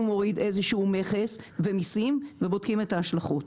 מוריד איזשהו מכס ומיסים ובודקים את ההשלכות.